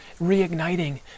reigniting